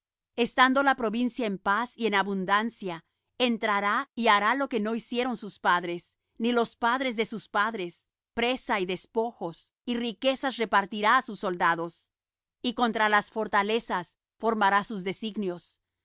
estando la provincia en paz y en abundancia entrará y hará lo que no hicieron sus padres ni los padres de sus padres presa y despojos y riquezas repartirá á sus soldados y contra las fortalezas formará sus designios y